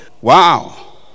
Wow